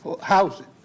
housing